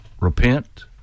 repent